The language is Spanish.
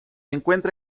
encuentra